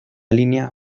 línea